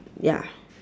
ya